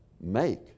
make